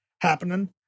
happening